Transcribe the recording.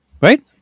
right